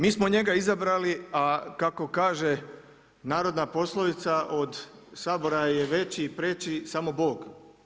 Mi smo njega izabrali a kako kaže narodna poslovica od Sabora je veći i preći samo Bog.